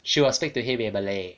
she will speak to him in malay